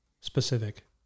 specific